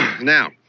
Now